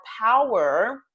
power